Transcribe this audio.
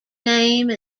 name